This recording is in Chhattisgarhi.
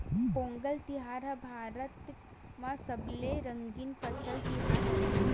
पोंगल तिहार ह भारत म सबले रंगीन फसल तिहार हरय